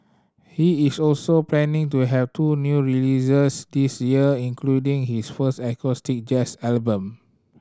he is also planning to have two new releases this year including his first acoustic jazz album